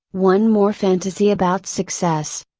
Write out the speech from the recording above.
one more fantasy about success.